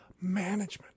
Management